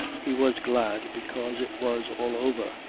he was glad because it was all over.